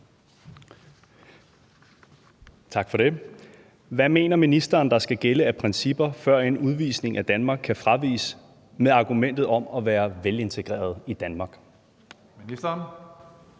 Hvad mener ministeren der skal gælde af principper, førend udvisning af Danmark kan fraviges med argument om at være velintegreret i Danmark?